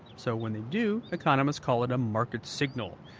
so when they do, economists call it a market signal.